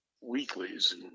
weeklies